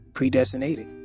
Predestinated